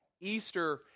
Easter